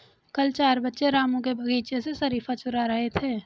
कल चार बच्चे रामू के बगीचे से शरीफा चूरा रहे थे